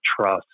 trust